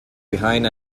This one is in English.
behind